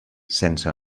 sense